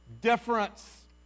difference